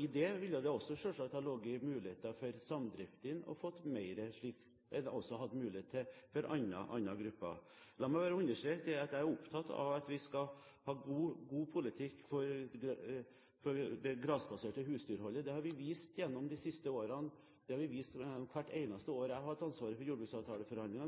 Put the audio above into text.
I det ville det selvsagt også ha ligget muligheter for samdriftene til å få mer, slik det også var mulighet til for andre grupper. La meg bare understreke: Jeg er opptatt av at vi skal ha god politikk for det grasbaserte husdyrholdet. Det har vi vist gjennom de siste årene, og det har vi vist hvert eneste år jeg har hatt ansvaret for jordbruksavtaleforhandlingene,